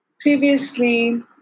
previously